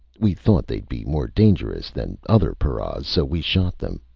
we thought they'd be more dangerous than other paras, so we shot them.